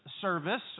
service